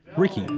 ricky,